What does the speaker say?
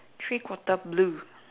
three quarter blue